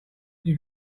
you